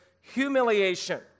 humiliation